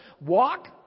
walk